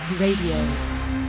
Radio